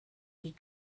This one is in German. die